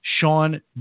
sean